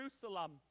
Jerusalem